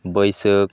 ᱵᱟᱹᱥᱟᱹᱠ